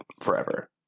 forever